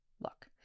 look